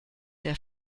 der